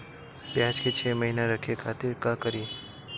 प्याज के छह महीना रखे खातिर का करी?